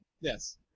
Yes